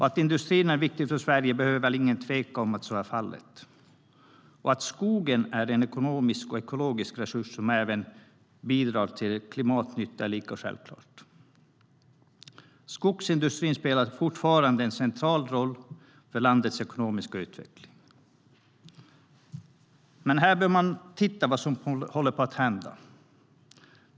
Att industrin är viktig för Sverige behöver väl ingen tveka om. Att skogen är en ekonomisk och ekologisk resurs som även bidrar till klimatnytta är lika självklart. Skogsindustrin spelar fortfarande en central roll för landets ekonomiska utveckling. Men här bör man titta på vad som håller på att hända.